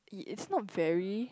it's not very